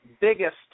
biggest